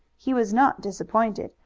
he was not disappointed,